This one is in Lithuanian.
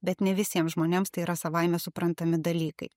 bet ne visiems žmonėms tai yra savaime suprantami dalykai